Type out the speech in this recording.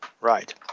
Right